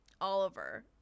Oliver